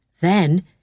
Then